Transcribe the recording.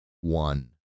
One